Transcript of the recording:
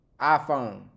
iPhone